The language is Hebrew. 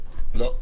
לא.